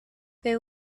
they